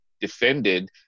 defended